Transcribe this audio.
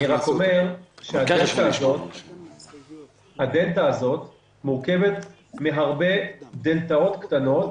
אני רק אומר שהדלתא הזאת מורכבת מהרבה דלתאות קטנות,